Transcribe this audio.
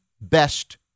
best